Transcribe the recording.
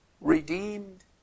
redeemed